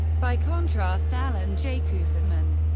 by contrast, alan j. kuperman,